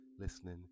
listening